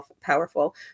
powerful